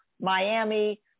Miami